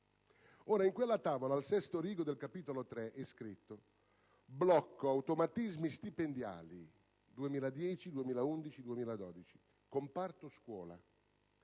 In quella tavola, al sesto rigo del Capo III, è scritto «Blocco automatismi stipendiali 2010-2011-2012-Comparto scuola»,